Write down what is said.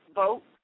vote